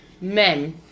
men